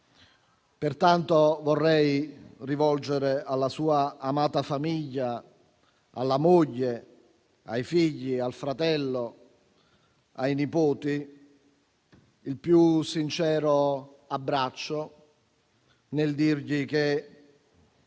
Pertanto, vorrei rivolgere alla sua amata famiglia, alla moglie, ai figli, al fratello, ai nipoti, il più sincero abbraccio, e dire che